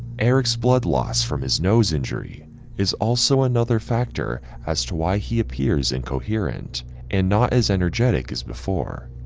eric's blood loss from his nose injury is also another factor as to why he appears incoherent and not as energetic as before